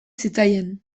zitzaien